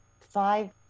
five